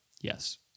Yes